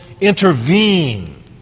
intervene